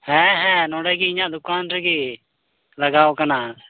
ᱦᱮᱸ ᱦᱮᱸ ᱱᱚᱰᱮᱜᱮ ᱤᱧᱟᱹᱜ ᱫᱚᱠᱟᱱ ᱨᱮᱜᱮ ᱞᱟᱜᱟᱣ ᱟᱠᱟᱱᱟ